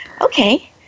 okay